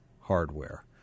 hardware